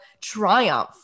triumph